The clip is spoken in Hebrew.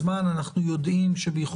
אני רק רוצה לשאול מה מדיניות המשטרה בנוגע